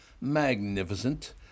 Magnificent